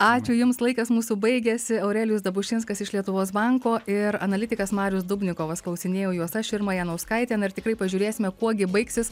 ačiū jums laikas mūsų baigėsi aurelijus dabušinskas iš lietuvos banko ir analitikas marius dubnikovas klausinėjau juos aš irma janauskaitė na ir tikrai pažiūrėsime kuo gi baigsis